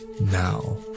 now